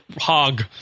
hog